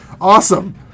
awesome